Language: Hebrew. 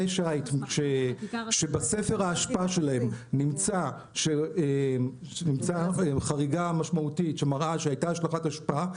שיט שבספר האשפה שלהם נמצא חריגה משמעותית שמראה שהייתה השלכת אשפה,